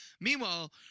Meanwhile